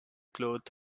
cloth